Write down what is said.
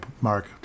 mark